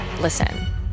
Listen